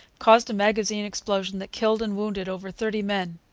caused a magazine explosion that killed and wounded over thirty men.